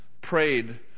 prayed